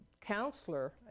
counselor